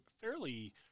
fairly